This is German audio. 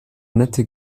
nette